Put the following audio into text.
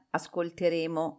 ascolteremo